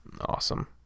awesome